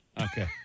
Okay